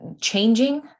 changing